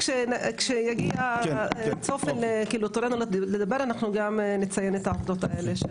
כשיגיע תורנו לדבר אנחנו גם נציין את העובדות האלה.